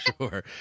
sure